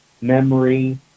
memory